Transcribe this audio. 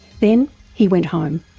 then he went home.